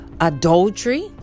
adultery